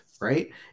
right